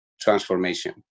transformation